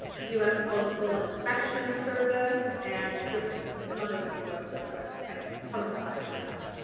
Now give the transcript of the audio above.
u s. postal inspection service and just some other resources that kind of coincide with that.